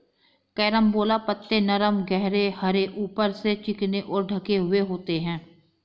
carambola पत्ते नरम गहरे हरे ऊपर से चिकने और ढके हुए होते हैं